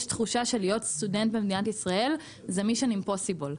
יש תחושה שלהיות סטודנט במדינת ישראל זה Mission Impossible.